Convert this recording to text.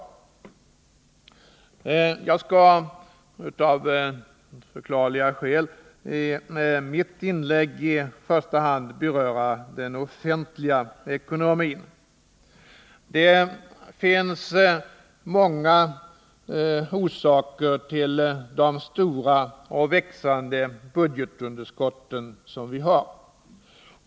Jag skall av förklarliga skäl i mitt inlägg i första hand beröra den offentliga ekonomin. Det finns många orsaker till de stora och växande budgetunderskott vi har.